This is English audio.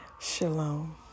shalom